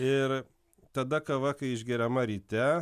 ir tada kava kai išgeriama ryte